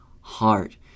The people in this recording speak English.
heart